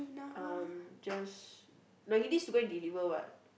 uh just no he needs to go and deliver what